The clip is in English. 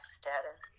status